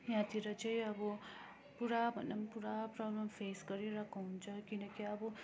यहाँतिर चाहिँ अब पुरा भनौँ पुरा प्रब्लम फेस गरिरहेको हुन्छ किनकि अब